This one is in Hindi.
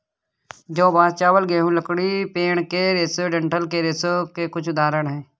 जौ, बांस, चावल, गेहूं, लकड़ी, पेड़ के रेशे डंठल के रेशों के कुछ उदाहरण हैं